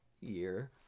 year